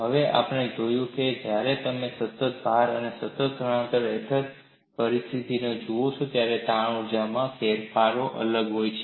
હવે તમે જોયું છે કે જ્યારે તમે સતત ભાર અને સતત સ્થાનાંતરણ હેઠળની પરિસ્થિતિને જુઓ છો તાણ ઊર્જાના ફેરફારો અલગ હોય છે